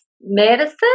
medicine